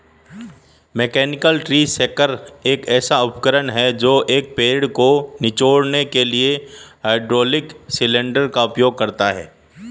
mechanical tree shaker एक ऐसा उपकरण है जो एक पेड़ को निचोड़ने के लिए हाइड्रोलिक सिलेंडर का उपयोग करता है